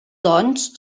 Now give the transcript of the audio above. doncs